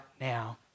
now